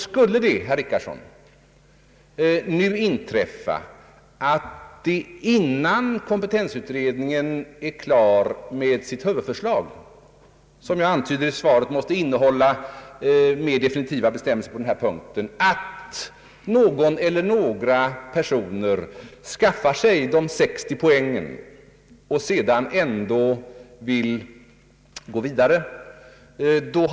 Skulle det visa sig, herr Richardson, att någon eller några personer — innan kompetensutredningen är klar med sitt huvudförslag, som måste innehålla mer definitiva bestämmelser på den här punkten, vilket jag antyder i svaret — skaffar sig 60 poäng och sedan vill gå vidare, får de inlämna en ansökan om rätt att fortsätta utbildningen.